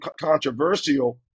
controversial